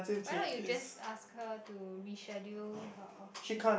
why not you just ask her to reschedule her off day